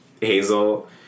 Hazel